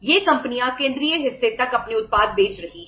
ये कंपनियां केंद्रीय हिस्से तक अपने उत्पाद बेच रही हैं